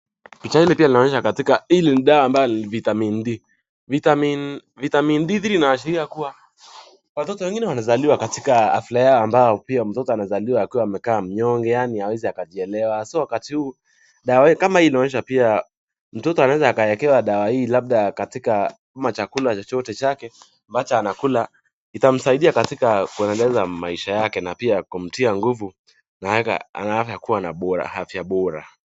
Picha hii pia inaonyesha katika, hii ni dawa ambayo ni vitamin D . Vitamin , vitamin D3 inaashiria kuwa watoto wengine wanazaliwa katika afya yao ambao pia mtoto anazaliwa akiwa amekaa mnyonge, yaani hawezi akajielewa. So wakati huu, dawa hii kama hii inaonyesha pia mtoto anaweza akawekewa dawa hii labda katika chakula chochote chake ambacho anakula, itamsaidia katika kuendeleza maisha yake na pia kumtia nguvu na anakuwa na afya bora.